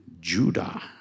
Judah